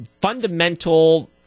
fundamental